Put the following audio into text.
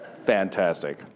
Fantastic